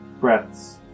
breaths